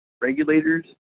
regulators